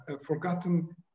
forgotten